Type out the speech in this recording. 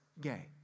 gay